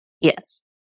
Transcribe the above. Yes